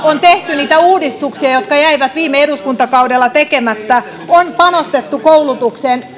on tehty niitä uudistuksia jotka jäivät viime eduskuntakaudella tekemättä on panostettu koulutukseen